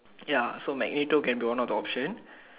ya so Magneto can be one of the option